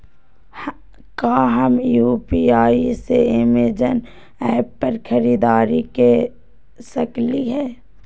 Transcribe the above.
का हम यू.पी.आई से अमेजन ऐप पर खरीदारी के सकली हई?